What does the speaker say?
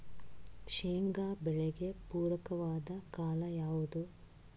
ಶೇಂಗಾ ಬೆಳೆಗೆ ಪೂರಕವಾದ ಕಾಲ ಯಾವುದು?